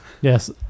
Yes